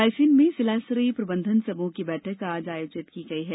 रायसेन में जिला स्तरीय प्रबंधन समूह की बैठक आज आयोजित की गई है